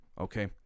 Okay